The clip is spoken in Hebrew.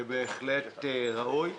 בהחלט ראוי.